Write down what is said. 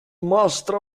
mostra